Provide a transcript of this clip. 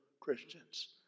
Christians